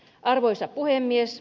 arvoisa puhemies